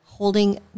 holding